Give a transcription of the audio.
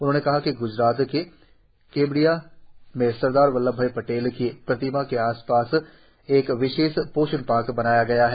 उन्होंने कहा कि ग्जरात के केवडिया में सरदार बल्लभ भाई पटेल की प्रतिमा के आसपास एक विशेष पोषण पार्क बनाया गया है